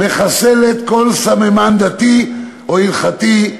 מחסלת כל סממן דתי או הלכתי,